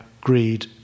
greed